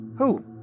Who